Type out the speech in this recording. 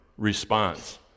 response